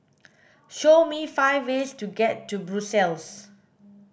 show me five ways to get to Brussels